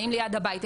האם ליד הבית,